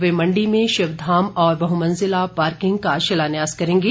वे मंडी में शिवधाम और बहमंजिला पार्किंग का शिलान्यास करेंगे